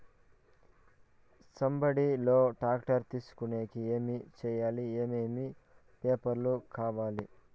Subsidy లో tractor తీసుకొనేకి ఏమి చేయాలి? ఏమేమి పేపర్లు కావాలి?